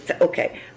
Okay